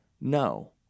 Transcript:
No